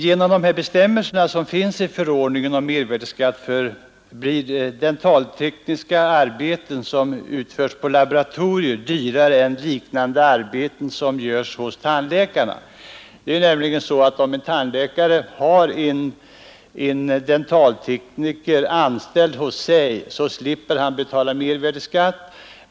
Genom de bestämmelser som finns i förordningen om mervärdeskatt för dentaltekniska arbeten blir arbeten som utförs på laboratorier dyrare än liknande arbeten som görs hos tandläkarna. Om en tandläkare har en dentaltekniker anställd hos sig slipper han nämligen betala mervärdesskatt.